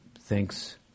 thinks